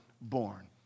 born